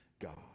God